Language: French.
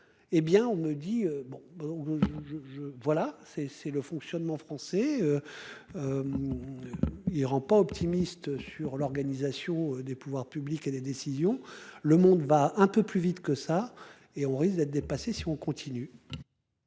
Eh bien on me dit bon. Bah. Je, voilà c'est c'est le fonctionnement français. Il rend pas optimiste sur l'organisation des pouvoirs publics et des décisions. Le monde va un peu plus vite que ça et on risque d'être dépassé. Si on continue.